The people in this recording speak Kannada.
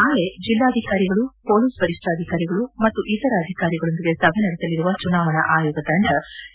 ನಾಳೆ ಜಿಲ್ಲಾಧಿಕಾರಿಗಳು ಮೊಲೀಸ್ ವರಿಷ್ಠಾಧಿಕಾರಿಗಳು ಮತ್ತು ಇತರ ಅಧಿಕಾರಿಗಳೊಂದಿಗೆ ಸಭೆ ನಡೆಸಲಿರುವ ಚುನಾವಾಣಾ ಆಯೋಗ ತಂಡ